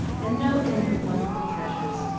and no end of wonderful treasures.